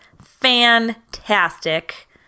fantastic